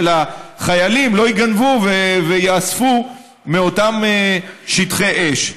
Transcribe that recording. החיילים לא ייגנבו וייאספו מאותם שטחי אש.